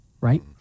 Right